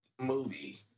movie